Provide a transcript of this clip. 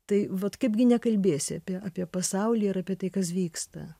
tai vat kaipgi nekalbėsi apie apie pasaulį ir apie tai kas vyksta